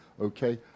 Okay